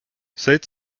seit